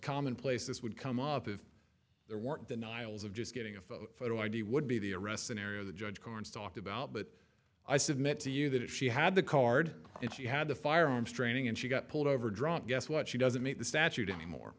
common place this would come up if there weren't denials of just getting a photo id would be the arrest scenario the judge corns talked about but i submit to you that if she had the card and she had the firearms training and she got pulled over drunk guess what she doesn't meet the statute anymore